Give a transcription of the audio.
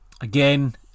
again